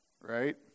Right